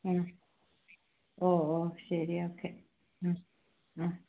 ഓ ഓ ശരി ഓക്കെ